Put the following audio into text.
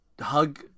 hug